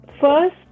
First